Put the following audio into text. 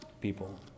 people